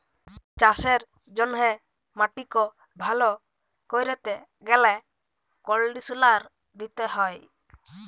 চাষের জ্যনহে মাটিক ভাল ক্যরতে গ্যালে কনডিসলার দিতে হয়